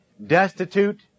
Destitute